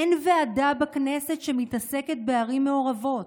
אין ועדה בכנסת שמתעסקת בערים מעורבות,